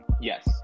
Yes